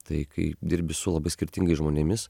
tai kai dirbi su labai skirtingais žmonėmis